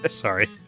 Sorry